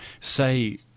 Say